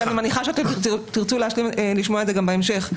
אני מניחה שאתם תרצו לשמוע את זה בהמשך.